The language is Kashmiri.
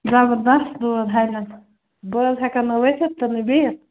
زَبردست دور ہَلٮ۪ن بہٕ حظ ہٮ۪کَن نہٕ ؤتھِتھ تہٕ نہٕ بِہِتھ